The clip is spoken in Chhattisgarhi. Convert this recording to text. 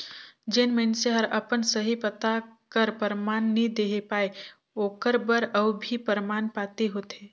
जेन मइनसे हर अपन सही पता कर परमान नी देहे पाए ओकर बर अउ भी परमान पाती होथे